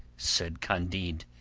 said candide,